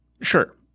Sure